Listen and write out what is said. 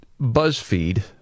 BuzzFeed